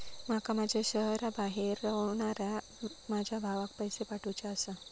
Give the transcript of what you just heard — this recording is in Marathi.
माका माझ्या शहराबाहेर रव्हनाऱ्या माझ्या भावाक पैसे पाठवुचे आसा